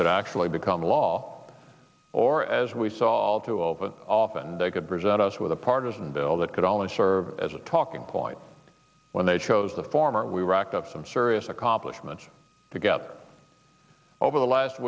could actually become law or as we saw all too often often they could present us with a partisan bill that could only serve as a talking point when they chose the former we racked up some serious accomplishments to get over the last